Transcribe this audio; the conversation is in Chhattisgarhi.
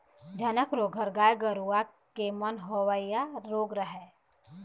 झनक रोग ह गाय गरुवा के म होवइया रोग हरय